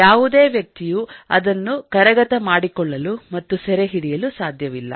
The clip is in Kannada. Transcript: ಯಾವುದೇ ವ್ಯಕ್ತಿಯು ಅದನ್ನು ಕರಗತ ಮಾಡಿಕೊಳ್ಳಲು ಮತ್ತು ಸೆರೆಹಿಡಿಯಲು ಸಾಧ್ಯವಿಲ್ಲ